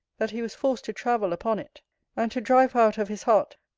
that he was forced to travel upon it and to drive her out of his heart,